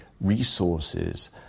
resources